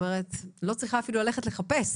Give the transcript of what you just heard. אני לא צריכה אפילו ללכת לחפש.